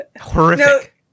horrific